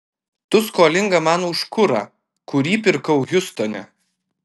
tu skolinga man už kurą kurį pirkau hjustone